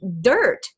dirt